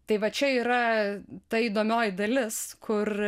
tai va čia yra ta įdomioji dalis kur